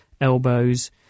elbows